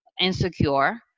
insecure